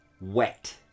wet